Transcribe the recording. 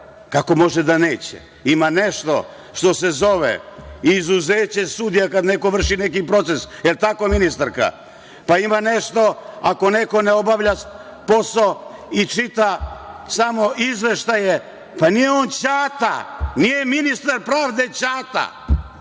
kako može da neće? Ima nešto što se zove izuzeće sudija kad neko vrši neki proces, jel tako ministarka? Ima nešto ako neko ne obavlja posao i čita samo izveštaje, pa, nije on ćata, nije ministar pravde ćata